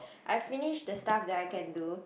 I finish the stuff that I can do